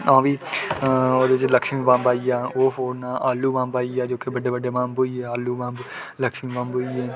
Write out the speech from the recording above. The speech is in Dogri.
तां बी लक्ष्मी बंब आई गेआ ओह् बी फोन आलू बंब आई गेआ बड्डे बड्डे बंब होई गे आलू बंब लक्ष्मी बंब होई गेआ